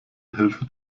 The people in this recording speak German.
hilfe